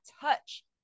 touch